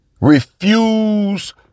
Refuse